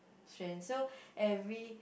strand so every